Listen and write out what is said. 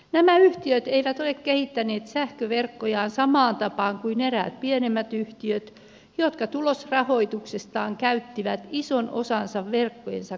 nämä yhtiöt eivät ole kehittäneet sähköverkkojaan samaan tapaan kuin eräät pienemmät yhtiöt jotka tulosrahoituksestaan käyttivät ison osan verkkojensa kunnostamiseen